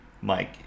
mike